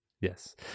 Yes